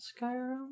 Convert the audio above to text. Skyrim